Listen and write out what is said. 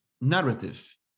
narrative